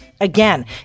Again